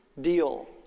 deal